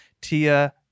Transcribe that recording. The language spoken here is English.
Tia